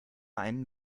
einen